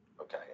okay